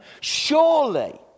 Surely